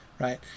Right